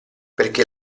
perché